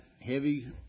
heavy